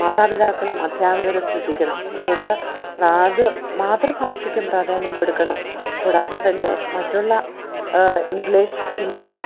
മാതാപിതാക്കളും അധ്യാപകരും ശ്രദ്ധിക്കണം അതുകൊണ്ട് പ്രാത് മാതൃഭാഷയ്ക്കും പ്രാധാന്യം കൊടുക്കണം കൂടാതെ തന്നെ മറ്റുള്ള ഇംഗ്ലീഷ് ഹിന്ദി